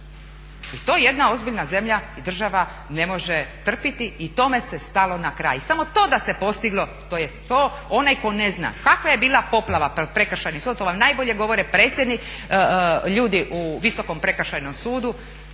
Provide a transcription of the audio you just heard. I to jedna ozbiljna zemlja i država ne može trpiti i tome se stalo na kraj. Samo to da se postiglo to je sto, onaj tko ne zna kakva je bila poplava po prekršajni sud to vam najbolje govore … ljudi u Visokom prekršajnom sudu,